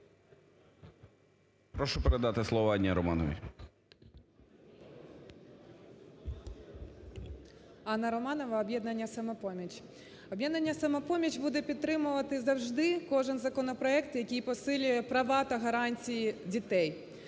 Прошу передати слово Анні Романовій. 11:47:14 РОМАНОВА А.А. Анна Романова, "Об'єднання "Самопоміч". "Об'єднання "Самопоміч" буде підтримувати завжди кожен законопроект, який посилює права та гарантії дітей.